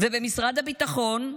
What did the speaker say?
ובמשרד הביטחון,